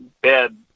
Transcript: bed